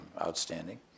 outstanding